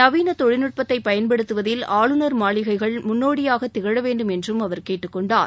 நவீள தொழில்நுட்பத்தை பயன்படுத்துவதில் ஆளுநர் மாளிகைகள் முன்னோடிய திகழ வேண்டும் என்றும் அவர் கேட்டுக் கொண்டார்